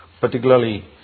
particularly